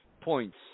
points